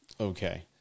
Okay